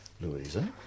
Louisa